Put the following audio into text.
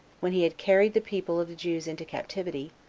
when he had carried the people of the jews into captivity,